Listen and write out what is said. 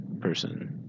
person